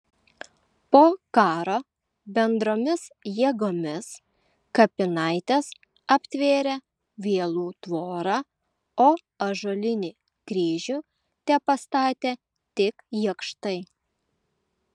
po karo bendromis jėgomis kapinaites aptvėrė vielų tvora o ąžuolinį kryžių tepastatė tik jakštai